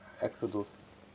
Exodus